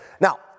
Now